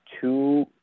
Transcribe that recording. two